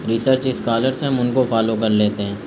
research scholars ہیں ہم ان کو فالو کر لیتے ہیں